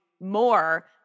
more